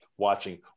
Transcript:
watching